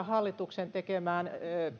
hallituksen tekemään